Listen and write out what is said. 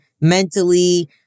mentally